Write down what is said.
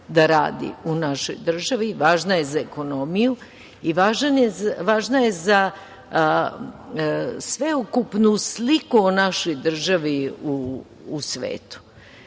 da radi u našoj državi. Važna je za ekonomiju i važna je za sveukupnu sliku o našoj državi u svetu. Nekada